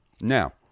Now